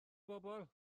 bobl